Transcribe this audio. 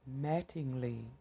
Mattingly